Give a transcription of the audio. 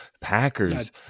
Packers